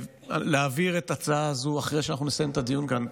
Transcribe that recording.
אני אבקש להעביר את ההצעה הזאת אחרי שנסיים את הדיון כאן.